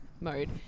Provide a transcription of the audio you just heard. mode